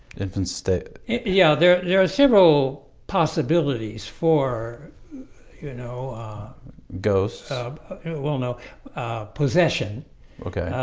infant state yeah, there there are several possibilities for you know goes um well, no possession okay.